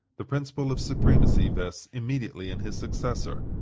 the principle of supremacy vests immediately in his successor,